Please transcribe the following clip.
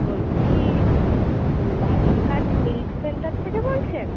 বলছি Balurghat milk centre থেকে বলছেন